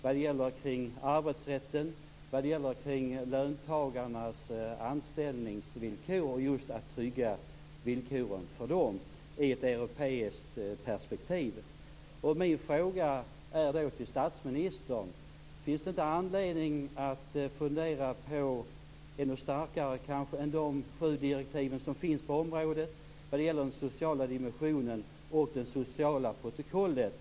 Det gäller arbetsrätt och löntagarnas anställningsvillkor och att trygga villkoren för dem i ett europeiskt perspektiv. Min fråga till statsministern är: Finns det inte anledning att fundera, kanske ännu starkare än de sju direktiv som finns på området, när det gäller den sociala dimensionen och det sociala protokollet?